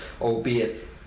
albeit